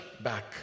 back